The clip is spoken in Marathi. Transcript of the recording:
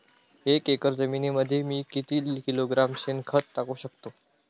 एक एकर जमिनीमध्ये मी किती किलोग्रॅम शेणखत टाकू शकतो?